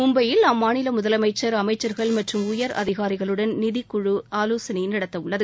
மும்பையில் அம்மாநில முதலமைச்சர் அமைச்சர்கள் மற்றும் உயர் அதிகாரிகளுடன் ஆலோசனை நடத்த உள்ளது